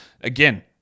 Again